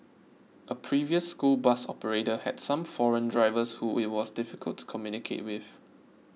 a previous school bus operator had some foreign drivers who it was difficult to communicate with